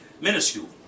minuscule